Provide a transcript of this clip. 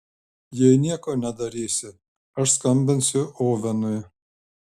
jei nieko nedarysi aš skambinsiu ovenui